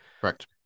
Correct